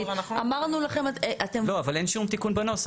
לא, אבל אין שום תיקון בנוסח.